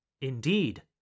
Indeed